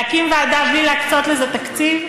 להקים ועדה בלי להקצות לזה תקציב,